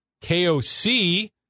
KOC –